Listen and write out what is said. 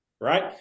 right